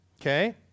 Okay